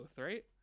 right